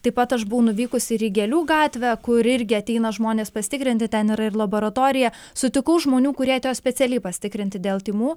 taip pat aš buvau nuvykusi ir į gėlių gatvę kur irgi ateina žmonės pasitikrinti ten yra ir laboratorija sutikau žmonių kurie atėjo specialiai pasitikrinti dėl tymų